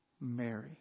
Mary